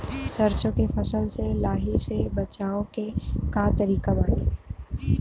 सरसो के फसल से लाही से बचाव के का तरीका बाटे?